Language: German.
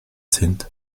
sind